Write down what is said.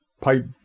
pipe